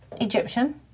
Egyptian